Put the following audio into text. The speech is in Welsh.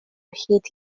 hyd